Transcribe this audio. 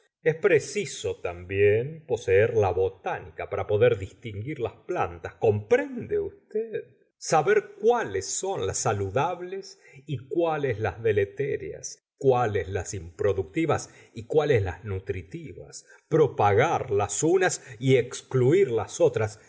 es preciso también poseer la botánica para poder distinguir las plantas comprende usted sa ber cuáles son las saludables y cuáles las deletéreas cuales las improductivas y cuáles las nutritivas propagar las unas y excluir las otras